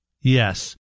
Yes